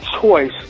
choice